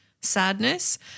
sadness